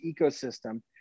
ecosystem